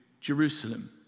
Jerusalem